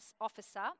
Officer